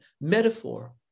metaphor